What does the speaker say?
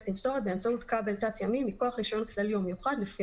תמסורת באמצעות כבל תת-ימי מכוח רישיון כללי או מיוחד לפי